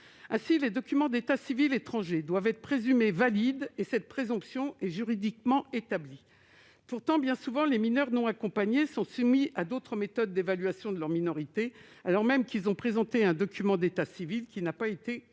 Ainsi, les documents d'état civil étrangers doivent être présumés valides et cette présomption est juridiquement établie. Pourtant, bien souvent, les mineurs non accompagnés sont soumis à d'autres méthodes d'évaluation de leur minorité, alors même qu'ils ont présenté un document d'état civil qui n'a pas été contesté.